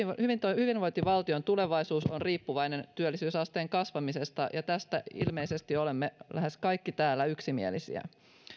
suomalaisen hyvinvointivaltion tulevaisuus on riippuvainen työllisyysasteen kasvamisesta ja tästä ilmeisesti olemme lähes kaikki täällä yksimielisiä